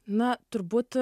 na turbūt